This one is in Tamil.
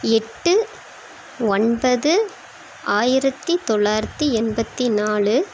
எட்டு ஒன்பது ஆயிரத்து தொள்ளாயிரத்து எண்பத்து நாலு